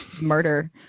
murder